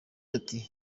ati